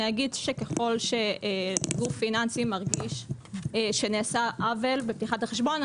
אני אגיד שככל שגוף פיננסי מרגיש שנעשה עוול בפתיחת החשבון,